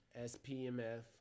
SPMF